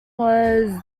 was